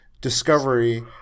discovery